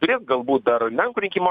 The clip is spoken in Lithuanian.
turės galbūt dar ir lenkų rinkimų